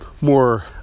more